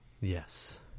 Yes